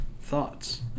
Thoughts